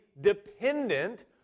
dependent